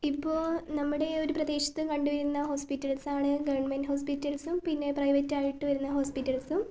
ഇപ്പോൾ നമ്മുടെ ഒരു പ്രദേശത്ത് കണ്ടുവരുന്ന ഹോസ്പിറ്റൽസാണ് ഗവൺമെൻ്റ് ഹോസ്പിറ്റൽസും പിന്നെ പ്രൈവറ്റ് ആയിട്ട് വരുന്ന ഹോസ്പിറ്റൽസും